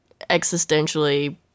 existentially